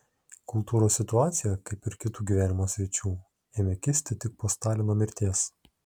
kultūros situacija kaip ir kitų gyvenimo sričių ėmė kisti tik po stalino mirties